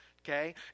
okay